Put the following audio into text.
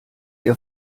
ihr